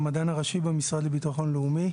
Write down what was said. המדען הראשי במשרד לביטחון לאומי.